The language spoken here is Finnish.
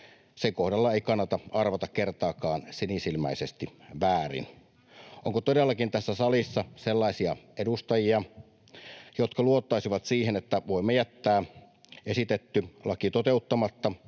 Sen kohdalla ei kannata arvata kertaakaan sinisilmäisesti väärin. Onko todellakin tässä salissa sellaisia edustajia, jotka luottaisivat siihen, että voimme jättää esitetyn lain toteuttamatta,